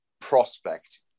prospect